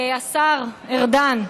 השר ארדן,